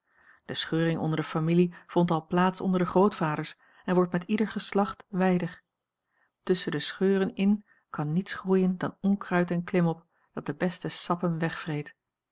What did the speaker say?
de scheuring onder de familie vond al plaats onder de grootvaders en wordt met ieder geslacht wijder tusschen de scheuren in kan niets groeien dan onkruid en klimop dat de beste sappen